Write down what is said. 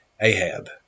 Ahab